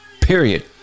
Period